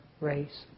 race